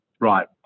right